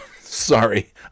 Sorry